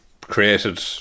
created